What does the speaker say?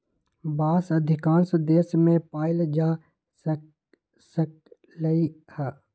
बांस अधिकांश देश मे पाएल जा सकलई ह